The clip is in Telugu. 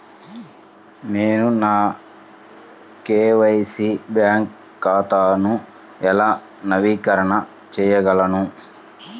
నేను నా కే.వై.సి బ్యాంక్ ఖాతాను ఎలా నవీకరణ చేయగలను?